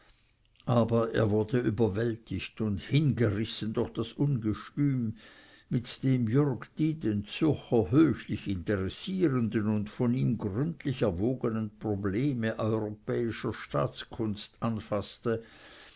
aber er wurde überwältigt und hingerissen durch das ungestüm mit dem jürg die den zürcher höchlich interessierenden und von ihm gründlich erwogenen probleme europäischer staatskunst anfaßte